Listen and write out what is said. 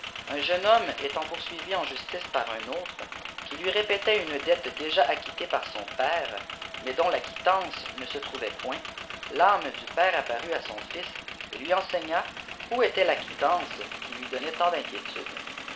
lin jeune hoipme étant poursuivi en justice par un autre qui lui répétait lime dette déjà acquittée par son père mais dont la quît tanâl ne se trouvait point l'âmé du père apparut à son fils et lui eméigna où était la quittance qui lui donnait tant d'inquiétude